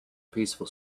peaceful